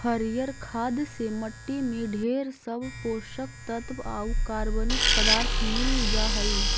हरियर खाद से मट्टी में ढेर सब पोषक तत्व आउ कार्बनिक पदार्थ मिल जा हई